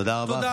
תודה, אדוני.